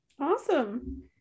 Awesome